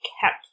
kept